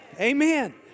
Amen